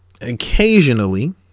occasionally